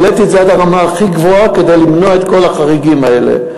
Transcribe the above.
העליתי את זה עד הרמה הכי גבוהה כדי למנוע את כל החריגים האלה.